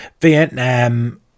Vietnam